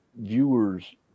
viewers